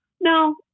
No